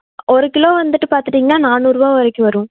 ஒரு கிலோ வந்துட்டு பார்த்துட்டீங்கன்னா நானூறு ரூபா வரைக்கும் வரும்